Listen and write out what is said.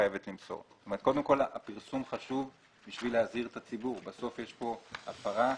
חייבת למסור לפי סעיף 9(ב) לחוק האמור.